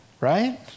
right